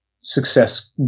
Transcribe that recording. success